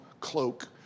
cloak